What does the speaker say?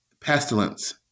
pestilence